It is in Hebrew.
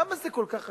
למה זה כל כך חשוב?